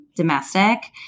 Domestic